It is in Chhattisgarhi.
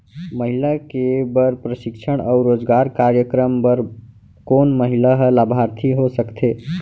महिला के बर प्रशिक्षण अऊ रोजगार कार्यक्रम बर कोन महिला ह लाभार्थी हो सकथे?